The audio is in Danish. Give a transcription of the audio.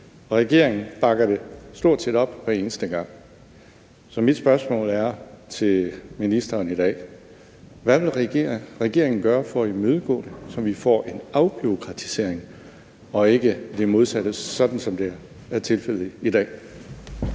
regeringen bakker det stort set op hver eneste gang. Så mit spørgsmål til ministeren i dag er: Hvad vil regeringen gøre for at imødegå det, så vi får en afbureaukratisering og ikke det modsatte, sådan som det er tilfældet i dag?